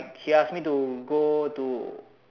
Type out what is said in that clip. he ask me to go to